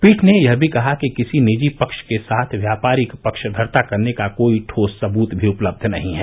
पीठ ने यह भी कहा कि किसी निजी पक्ष के साथ व्यापारिक पक्षधरता करने का कोई ठोस सबूत भी उपलब्ध नहीं है